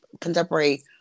contemporary